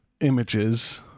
images